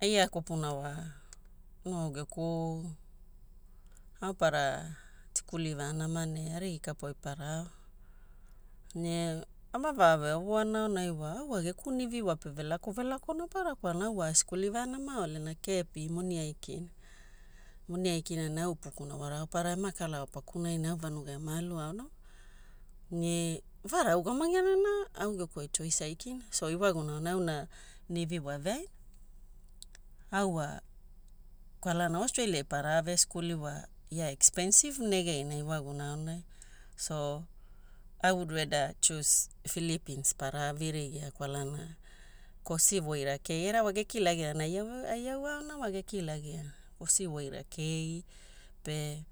Eia kopuna wa no geku au para tikuli vanama ne arigi kapuai para ao. Ne ama va veovona aonai wa au wa geku nivi wape velako velakona para kwalana au wa askuli vanamaole na kepi moni aikina. MOni aikina ne au upukuna waraopara emakalao pakunai ne au vanugai ama aluaona. Ne vaara augamagiana na au geku ai choice aikina. So ewaguna aonai auna nivi wa eveaina, au wa kwalana Australiai parave skuli wa ia expensive negeina ewaguna aonai. So I would rather choose Phillipines para virigia kwalana kosi voira kei era wa gekilagina ia ai au ao na gekilagiana kosi voira kei pe